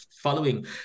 following